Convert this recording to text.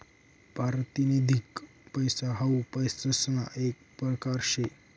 पारतिनिधिक पैसा हाऊ पैसासना येक परकार शे